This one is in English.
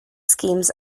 schemes